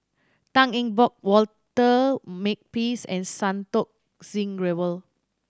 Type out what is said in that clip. Tan Eng Bock Walter Makepeace and Santokh Singh Grewal